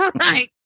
Right